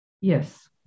Yes